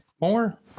more